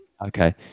Okay